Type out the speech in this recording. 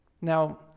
Now